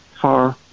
far